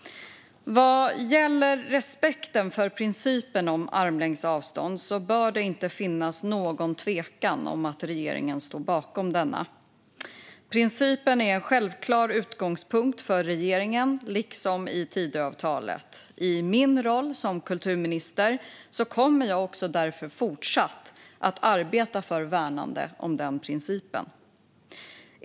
Vad gäller respekten för principen om armlängds avstånd bör det inte finnas någon tvekan om att regeringen står bakom denna. Principen är en självklar utgångspunkt för regeringen liksom i Tidöavtalet. I min roll som kulturminister kommer jag därför fortsatt att arbeta för värnandet om principen.